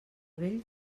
vell